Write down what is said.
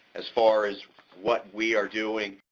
as far as what we are doing,